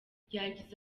yagize